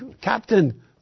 Captain